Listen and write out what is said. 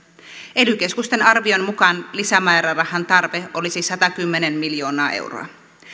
ely keskusten arvion mukaan lisämäärärahan tarve olisi satakymmentä miljoonaa euroa